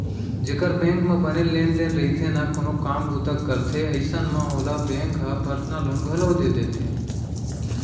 जेकर बेंक म बने लेन देन रइथे ना कोनो काम बूता करथे अइसन म ओला बेंक ह पर्सनल लोन घलौ दे देथे